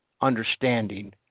understanding